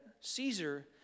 Caesar